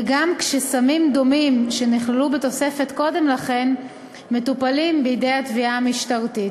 וגם כשסמים דומים שנכללו בתוספת קודם לכן מטופלים בידי התביעה המשטרתית.